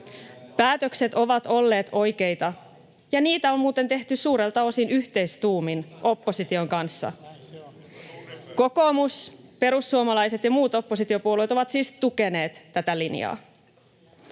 Päätökset ovat olleet oikeita, ja niitä on muuten tehty suurelta osin yhteistuumin opposition kanssa. [Juha Mäenpää: Entäs Uniper?] Kokoomus, perussuomalaiset ja muut oppositiopuolueet ovat siis tukeneet tätä linjaa.